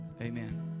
amen